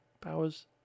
powers